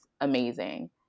Amazing